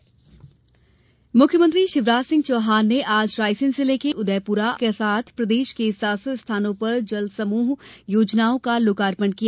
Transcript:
जल प्रदाय योजना मुख्यमंत्री शिवराज सिंह चौहान ने आज रायसेन जिले के उदयपुरा के साथ प्रदेश के सात सौ स्थानों पर समूह नल जल योजनाओं का लोकार्पण किया